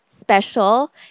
special